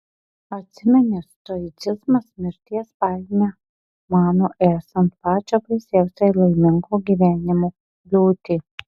atsimeni stoicizmas mirties baimę mano esant pačią baisiausią laimingo gyvenimo kliūtį